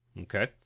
Okay